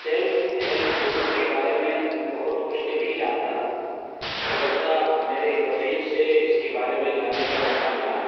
self help group کے بارے میں میں بہت کچھ تو نہیں جانتا البتّہ میرے ایک رفیق سے اس کی بارے میں جاننے کا موقع ملا